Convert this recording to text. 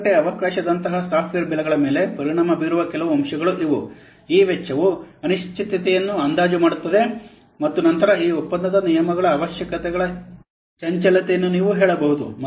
ಮಾರುಕಟ್ಟೆ ಅವಕಾಶದಂತಹ ಸಾಫ್ಟ್ವೇರ್ ಬೆಲೆಗಳ ಮೇಲೆ ಪರಿಣಾಮ ಬೀರುವ ಕೆಲವು ಅಂಶಗಳು ಇವು ಈ ವೆಚ್ಚವು ಅನಿಶ್ಚಿತತೆಯನ್ನು ಅಂದಾಜು ಮಾಡುತ್ತದೆ ಮತ್ತು ನಂತರ ಈ ಒಪ್ಪಂದದ ನಿಯಮಗಳ ಅವಶ್ಯಕತೆಗಳ ಚಂಚಲತೆಯನ್ನು ನೀವು ಹೇಳಬಹುದು